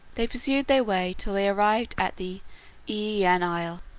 they pursued their way till they arrived at the aeaean isle,